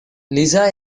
lisa